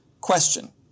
question